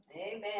Amen